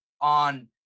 on